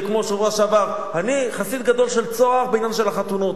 זה כמו בשבוע שעבר: אני חסיד גדול של "צהר" בעניין החתונות,